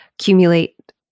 accumulate